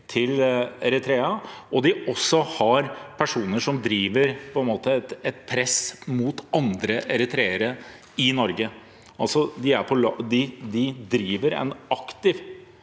til Eritrea, og også har personer som driver et press mot andre eritreere i Norge. De driver en aktiv